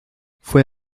fue